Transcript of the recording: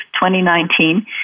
2019